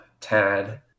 Tad